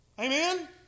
Amen